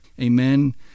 Amen